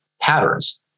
patterns